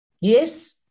Yes